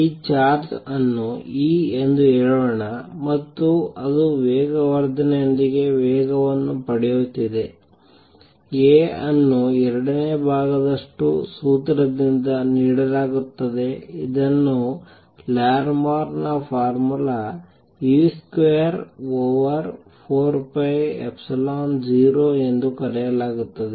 ಈ ಚಾರ್ಜ್ ಅನ್ನು E ಎಂದು ನಾವು ಹೇಳೋಣ ಮತ್ತು ಅದು ವೇಗವರ್ಧನೆಯೊಂದಿಗೆ ವೇಗವನ್ನು ಪಡೆಯುತ್ತಿದೆ A ಅನ್ನು 2 ನೇ ಭಾಗದಷ್ಟು ಸೂತ್ರದಿಂದ ನೀಡಲಾಗುತ್ತದೆ ಇದನ್ನು ಲಾರ್ಮೋರ್ ನ formula E square over 4 pi epsilon 0 ಎಂದು ಕರೆಯಲಾಗುತ್ತದೆ